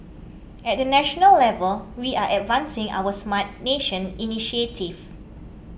at the national level we are advancing our Smart Nation initiative